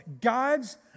God's